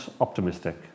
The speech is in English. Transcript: optimistic